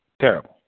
Terrible